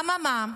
אממה,